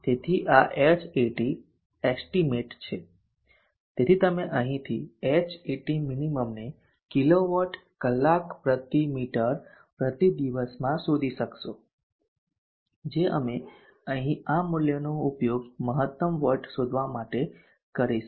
તેથી આ Hat estimate છે તેથી તમે અહીંથી Hat minimum ને કિલોવોટ કલાક પ્રતિ મીટર પ્રતિ દિવસમાં શોધી શકશો જે અમે અહીં આ મૂલ્યનો ઉપયોગ મહત્તમ વોટ શોધવા માટે કરીશું